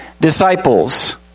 disciples